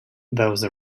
those